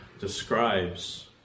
describes